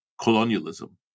Colonialism